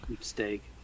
steak